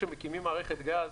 כשמקימים מערכת גז,